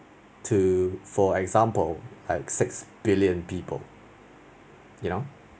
to for example at six billion people you know